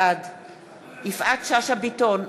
בעד יפעת שאשא ביטון,